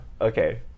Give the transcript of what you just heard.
Okay